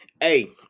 Hey